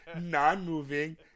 non-moving